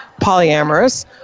polyamorous